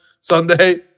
Sunday